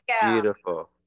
beautiful